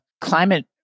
climate